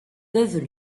peuvent